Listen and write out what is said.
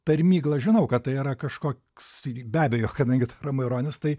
per miglą žinau kad tai yra kažkoks be abejo kadangi maironis tai